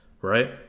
right